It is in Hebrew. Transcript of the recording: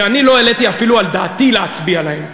שאני לא העליתי אפילו על דעתי להצביע להן,